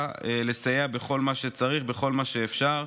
לסייע בכל מה שצריך ובכל מה שאפשר.